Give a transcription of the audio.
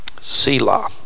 Selah